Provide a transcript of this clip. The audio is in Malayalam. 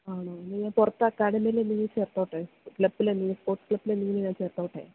ആണോ എന്നാല് പുറത്ത് അക്കാഡമിയില് എന്തെങ്കിലും ചേർത്തുകൊള്ളട്ടെ ക്ലബ്ബിലെന്തെങ്കിലും സ്പോർട്സ് ക്ലബ്ബിലെന്തെങ്കിലും ഞാൻ ചേർത്തുകൊള്ളട്ടെ